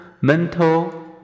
mental